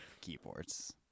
keyboards